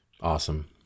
Awesome